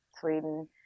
Sweden